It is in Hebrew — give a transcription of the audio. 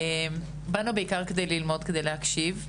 באנו בעיקר כדי ללמוד ולהקשיב,